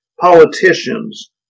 politicians